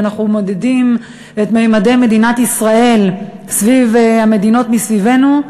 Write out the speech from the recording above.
ואנחנו מודדים את ממדי מדינת ישראל סביב המדינות מסביבנו.